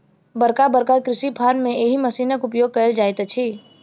बड़का बड़का कृषि फार्म मे एहि मशीनक उपयोग कयल जाइत अछि